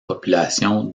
population